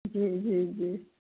जी जी जी